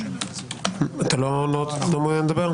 לא מעוניין לדבר.